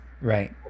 Right